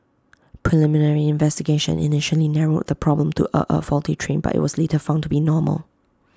preliminary investigation initially narrowed the problem to A a faulty train but IT was later found to be normal